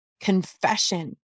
confession